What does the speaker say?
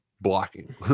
blocking